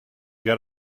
got